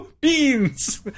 Beans